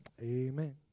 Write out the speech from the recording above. amen